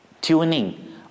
tuning